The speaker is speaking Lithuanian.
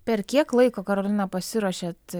per kiek laiko karolina pasiruošėt